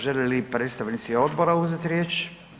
Žele li predstavnici odbora uzeti riječ?